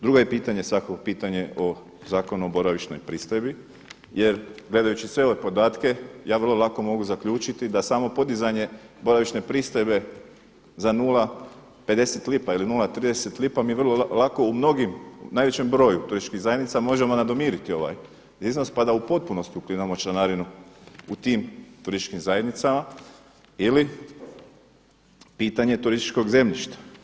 Drugo je pitanje svakako pitanje o Zakonu o boravišnoj pristojbi jer gledajući sve ove podatke ja vrlo lako mogu zaključiti da samo podizanje boravišne pristojbe za 0,50 lipa ili 0,30 lipa mi vrlo lako u mnogim, najvećem broju turističkih zajednica možemo nadomiriti ovaj iznos pa da u potpunosti ukidamo članarinu u tim turističkim zajednicama ili pitanje turističkog zemljišta.